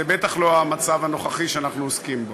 זה בטח לא המצב הנוכחי שאנחנו עוסקים בו.